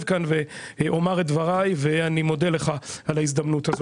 כאן ואומר את דברי ואני מודה לך על ההזדמנות הזאת.